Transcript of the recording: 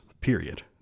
period